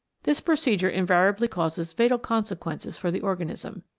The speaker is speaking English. this procedure invariably causes fatal consequences for the organism.